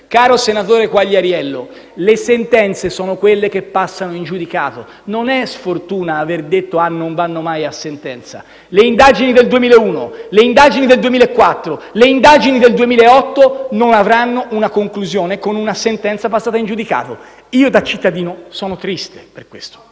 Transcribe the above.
caro senatore Quagliariello, le sentenze sono quelle che passano in giudicato. Non è sfortuna aver detto che non vanno mai a sentenza; le indagini del 2001, le indagini del 2004 e le indagini del 2008 non avranno una conclusione con una sentenza passata in giudicato. CAPPELLETTI *(M5S)*. Vanno tutte